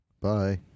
bye